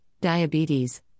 diabetes